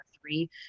three